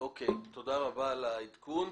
תודה רבה על העדכון.